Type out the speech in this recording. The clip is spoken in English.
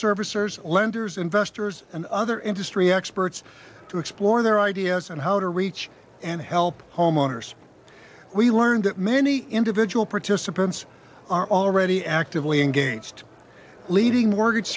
servicers lenders investors and other industry experts to explore their ideas and how to reach and help homeowners we learned that many individual participants are already actively engaged leading wor